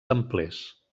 templers